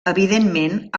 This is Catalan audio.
evidentment